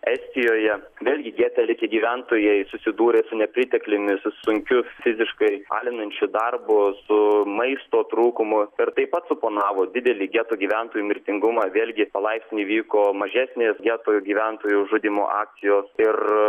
estijoje vėlgi gete likę gyventojai susidūrė su nepritekliumi su sunkiu fiziškai alinančiu darbu su maisto trūkumu ir taip pat suponavo didelį geto gyventojų mirtingumą vėlgi palaipsniui vyko mažesnės geto gyventojų žudymo akcijos ir